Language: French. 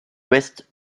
ouest